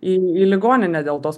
į ligoninę dėl tos